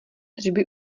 tržby